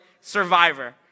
Survivor